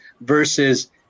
versus